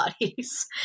bodies